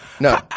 no